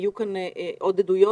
יהיו כאן עוד עדויות,